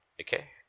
Okay